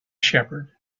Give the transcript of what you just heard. shepherd